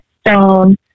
stone